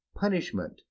punishment